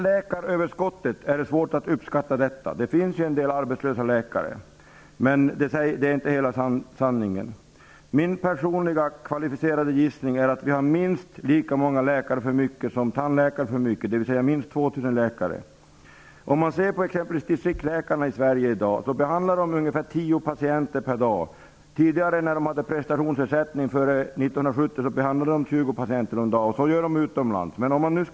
Läkaröverskottet är svårt att uppskatta. Det finns visserligen ett antal arbetslösa läkare, men det är inte hela sanningen. Min personliga kvalificerade gissning är att vi har minst lika många läkare för mycket som övertaliga tandläkare, dvs minst 2 000 Distriktsläkarna i Sverige i dag behandlar ungefär tio patienter per dag. Före 1970, när de hade prestationsersättning, behandlade de 20 patienter om dagen. Så är också fallet med utländska läkare.